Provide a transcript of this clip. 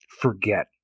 forget